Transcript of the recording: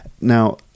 Now